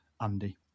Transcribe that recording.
Andy